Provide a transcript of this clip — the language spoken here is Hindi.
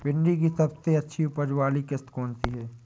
भिंडी की सबसे अच्छी उपज वाली किश्त कौन सी है?